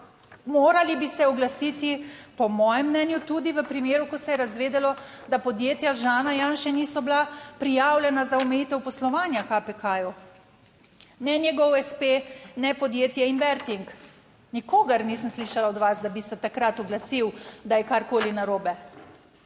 morali bi se oglasiti po mojem mnenju tudi v primeru, ko se je razvedelo, da podjetja Žana Janše niso bila prijavljena za omejitev poslovanja KPK-ju, ne njegov s. p. ne podjetje Inverting. Nikogar nisem slišala od vas, da bi se takrat oglasil, da je karkoli narobe.